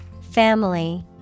Family